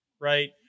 right